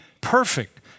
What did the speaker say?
perfect